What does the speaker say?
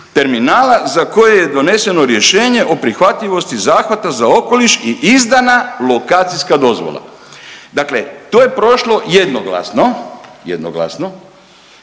terminala za koje je doneseno rješenje o prihvatljivosti zahvata za okoliš i izdana lokacijska dozvola. Dakle, to je prošlo jednoglasno, jednoglasno